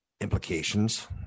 implications